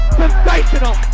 sensational